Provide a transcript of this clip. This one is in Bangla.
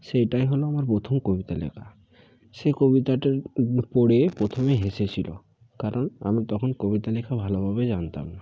সেইটাই হলো আমার প্রথম কবিতা লেখা সেই কবিতাটা পড়ে প্রথমে হেসেছিলো কারণ আমি তখন কবিতা লেখা ভালোভাবে জানতাম না